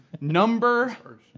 number